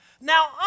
Now